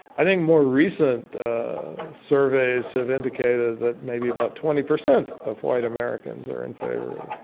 i think more recent surveys have indicated that maybe about twenty percent of white americans are in favor.